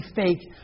fake